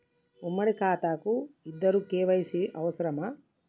ఉమ్మడి ఖాతా కు ఇద్దరు కే.వై.సీ అవసరమా?